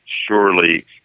surely